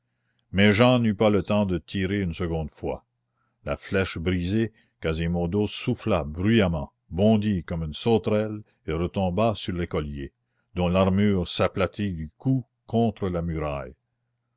mais jehan n'eut pas le temps de tirer une seconde fois la flèche brisée quasimodo souffla bruyamment bondit comme une sauterelle et retomba sur l'écolier dont l'armure s'aplatit du coup contre la muraille